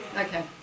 Okay